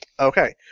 Okay